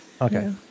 Okay